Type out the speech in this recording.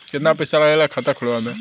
कितना पैसा लागेला खाता खोलवावे में?